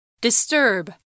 Disturb